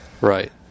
Right